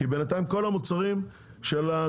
כי בינתיים כל המוצרים יעלו,